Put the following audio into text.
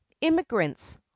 immigrants